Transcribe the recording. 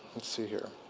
let's see here